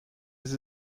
ist